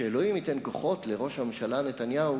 שאלוהים ייתן כוחות לראש הממשלה נתניהו,